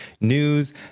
news